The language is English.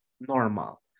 normal